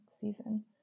season